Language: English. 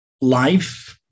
life